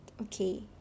okay